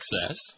Success